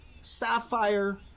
sapphire